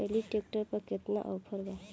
Trolley tractor पर केतना offer बा?